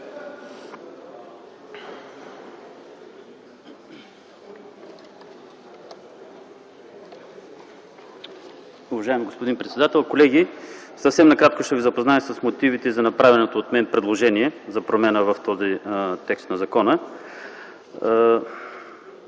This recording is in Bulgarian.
Уважаеми господин председател, колеги, съвсем накратко ще ви запозная с мотивите за направеното от мен предложение за промяна в този текст на закона.